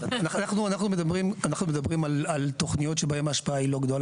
אנחנו מדברים על תוכניות שבהן ההשפעה היא לא גדולה.